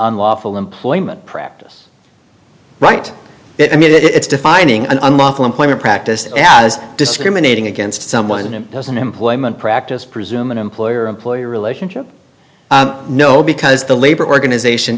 unlawful employment practice right i mean it's defining an unlawful employment practice as discriminating against someone as an employment practice presume an employer employee relationship no because the labor organization